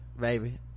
baby